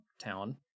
town